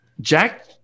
Jack